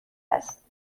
است